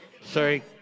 Sorry